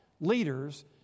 leaders